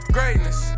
Greatness